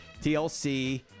TLC